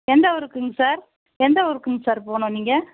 எந்த ஊருக்குங்க சார் எந்த ஊருக்குங்க சார் போகணும் நீங்கள்